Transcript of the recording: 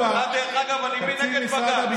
דרך אגב, אני מבין שאתה נגד בג"ץ?